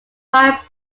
five